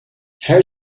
her